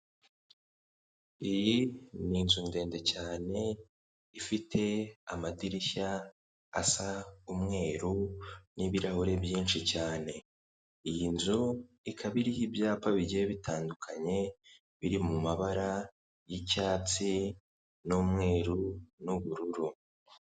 Iyi ni inzu ndende cyane ifite amadirishya asa umweru n'ibirahure byinshi cyane, iyi nzu ikaba iriho ibyapa bigiye bitandukanye biri mu mabara y'icyatsi n'umweru n'ubururu.